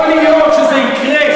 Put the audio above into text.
יכול להיות שזה יקרה,